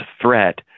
threat